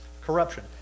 corruption